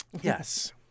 Yes